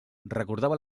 recordava